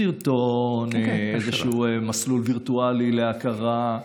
סרטון, איזשהו מסלול וירטואלי להכרה,